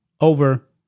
Over